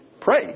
pray